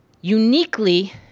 uniquely